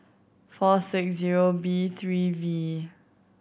four six zero B three V